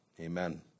Amen